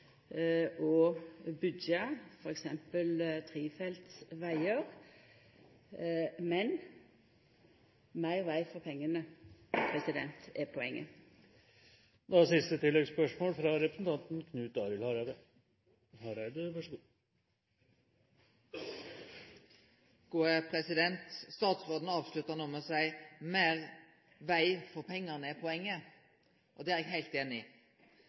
Men meir veg for pengane er poenget. Knut Arild Hareide – til oppfølgingsspørsmål. Statsråden avslutta no med å seie at «meir veg for pengane er poenget», og det er eg heilt einig i. Men det er ei utfordring med den måten me har organisert sektoren på i